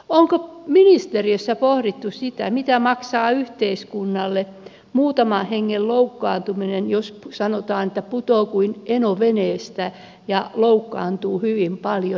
onko ministeriössä pohdittu sitä mitä maksaa yhteiskunnalle muutaman hengen loukkaantuminen jos sanotaan että putoaa kuin eno veneestä ja loukkaantuu hyvin paljon